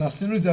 עשינו את זה,